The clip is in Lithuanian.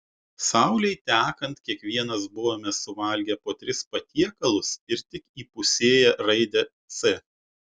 saulei tekant kiekvienas buvome suvalgę po tris patiekalus ir tik įpusėję raidę c